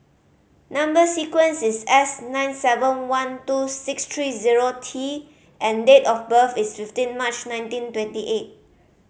number sequence is S nine seven one two six three zero T and date of birth is fifteen March nineteen twenty eight